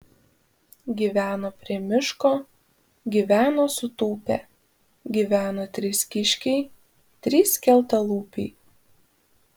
gyveno prie miško gyveno sutūpę gyveno trys kiškiai trys skeltalūpiai